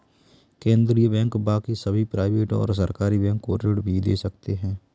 केन्द्रीय बैंक बाकी सभी प्राइवेट और सरकारी बैंक को ऋण भी दे सकते हैं